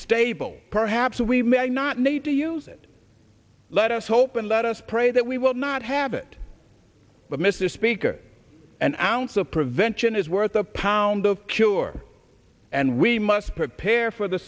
stable perhaps we may not need to use it let us hope and let us pray that we will not have it but mrs speaker an ounce of prevention is worth a pound of cure and we must prepare for the